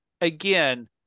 again